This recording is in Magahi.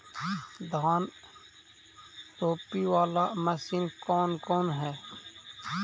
धान रोपी बाला मशिन कौन कौन है?